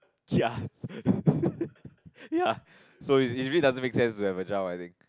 ya ya so it's really it's really doesn't make sense to have a child I think